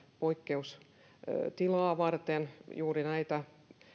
poikkeustilaa varten juuri näitä